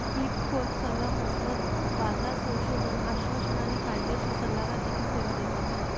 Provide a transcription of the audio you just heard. big four सल्लामसलत, बाजार संशोधन, आश्वासन आणि कायदेशीर सल्लागार देखील सेवा देतात